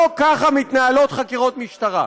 לא ככה מתנהלות חקירות משטרה.